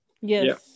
yes